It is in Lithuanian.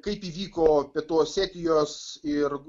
kaip įvyko pietų osetijos ir